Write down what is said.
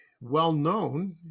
well-known